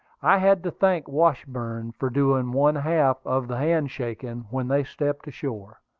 i had to thank washburn for doing one-half of the hand-shaking when they stepped ashore.